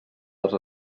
dels